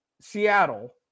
Seattle